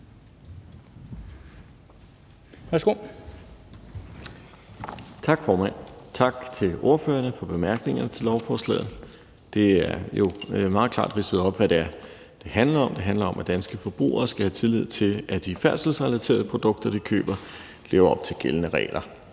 Tak, formand. Tak til ordførerne for bemærkningerne til lovforslaget. Det er jo meget klart ridset op, hvad det er, det handler om. Det handler om, at danske forbrugere skal have tillid til, at de færdselsrelaterede produkter, de køber, lever op til gældende regler.